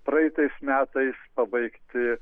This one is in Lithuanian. praeitais metais pabaigti